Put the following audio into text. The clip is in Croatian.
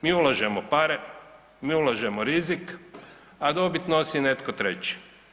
Mi ulažemo pare, mi ulažemo rizik, a dobit nosi netko treći.